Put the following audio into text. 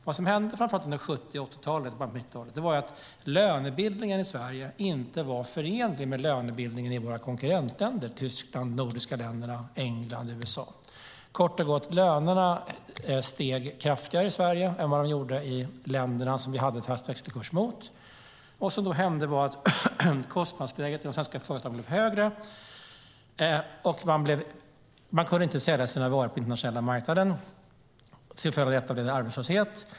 Vad som hände framför allt under 70 och 80 talet och början av 90-talet var att lönebildningen i Sverige inte var förenlig med lönebildningen i våra konkurrentländer - Tyskland, de nordiska länderna, England och USA. Kort och gott steg lönerna kraftigare i Sverige än i de länder vi hade fast växelkurs gentemot. Kostnadsläget blev då högre i de svenska företagen, och man kunde inte sälja sina varor på den internationella marknaden. Till följd av detta blev det arbetslöshet.